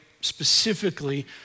specifically